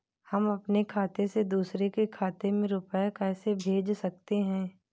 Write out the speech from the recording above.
हम अपने खाते से दूसरे के खाते में रुपये कैसे भेज सकते हैं?